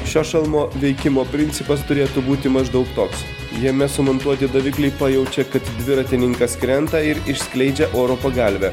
šio šalmo veikimo principas turėtų būti maždaug toks jame sumontuoti davikliai pajaučia kad dviratininkas krenta ir išskleidžia oro pagalvę